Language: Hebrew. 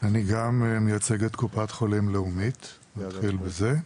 אני גם מייצג את קופת חולים "לאומית" נתחיל בזה.